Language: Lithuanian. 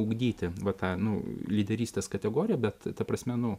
ugdyti va tą nu lyderystės kategoriją bet ta prasme nu